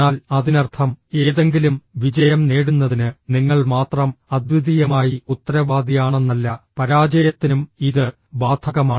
എന്നാൽ അതിനർത്ഥം ഏതെങ്കിലും വിജയം നേടുന്നതിന് നിങ്ങൾ മാത്രം അദ്വിതീയമായി ഉത്തരവാദിയാണെന്നല്ല പരാജയത്തിനും ഇത് ബാധകമാണ്